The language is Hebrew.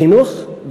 החינוך,